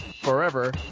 forever